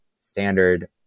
standard